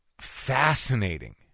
fascinating